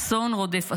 אסון רודף אסון,